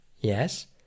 yes